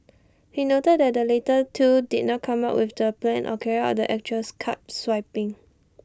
he noted that the latter two did not come up with the plan or carry out the actual card swapping